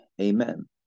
Amen